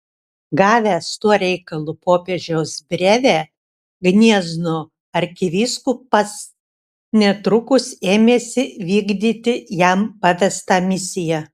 gavęs tuo reikalu popiežiaus brevę gniezno arkivyskupas netrukus ėmėsi vykdyti jam pavestą misiją